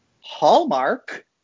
Hallmark